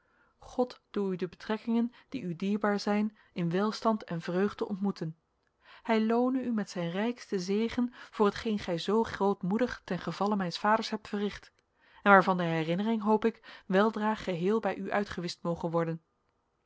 god doe u de betrekkingen die u dierbaar zijn in welstand en vreugde ontmoeten hij loone u met zijn rijksten zegen voor hetgeen gij zoo grootmoedig ten gevalle mijns vaders hebt verricht en waarvan de herinnering hoop ik weldra geheel bij u uitgewischt moge worden